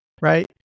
right